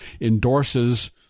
endorses